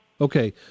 Okay